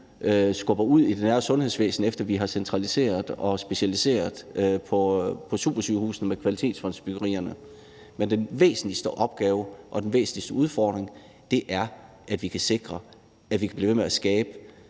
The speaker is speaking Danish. skubber ud i det nære sundhedsvæsen, efter at vi har centraliseret og specialiseret på supersygehuse med kvalitetsfondsbyggerierne. Men den væsentligste opgave og den væsentligste udfordring er, at vi kan sikre, at vi kan blive ved med at skabe